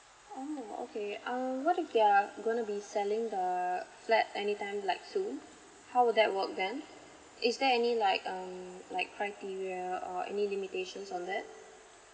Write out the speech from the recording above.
oh okay um what if they're gonna gonna be selling the flat anytime like soon how would that work then is there any like um like criteria or any limitations on that